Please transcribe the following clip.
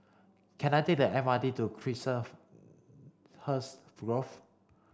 can I take the M R T to Chiselhurst Grove